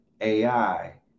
AI